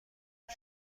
بیش